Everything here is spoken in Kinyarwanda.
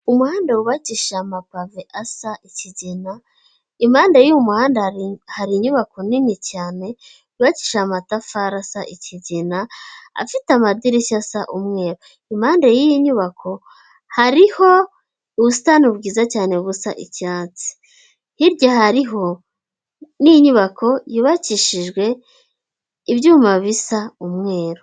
Umuhanda wubakishije amapave asa ikigina, impande y'uyu muhanda hari inyubako nini cyane yubakishije amatafari asa ikigina, afite amadirishya asa umwe impande y'iyi nyubako hariho ubusitani bwiza cyane busa icyatsi, hirya hariho n'inyubako yubakishijwe ibyuma bisa umweru.